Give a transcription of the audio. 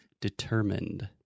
determined